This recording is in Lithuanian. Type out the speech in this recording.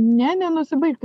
ne nenusibaigt